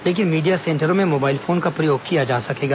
लेकिन मीडिया सेंटरों में मोबाइल फोन का प्रयोग किया जा सकेगा